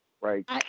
right